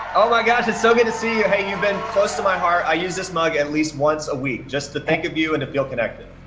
oh my gosh, it's so good to see you. hey, you've been close to my heart. i use this mug at and least once a week, just to think of you and to feel connected.